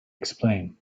explain